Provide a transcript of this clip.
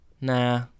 Nah